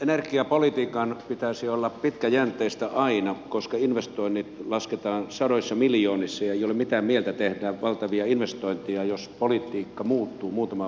energiapolitiikan pitäisi olla pitkäjänteistä aina koska investoinnit lasketaan sadoissa miljoonissa eikä ole mitään mieltä tehdä valtavia investointeja jos politiikka muuttuu muutaman vuoden välein